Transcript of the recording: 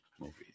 movies